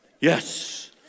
Yes